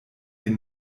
den